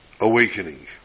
awakening